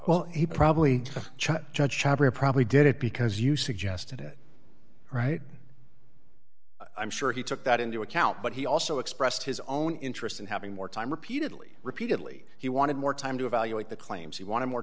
very probably did it because you suggested it right i'm sure he took that into account but he also expressed his own interest in having more time repeatedly repeatedly he wanted more time to evaluate the claims he wanted more